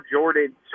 Jordan